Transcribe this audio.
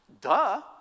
duh